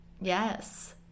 Yes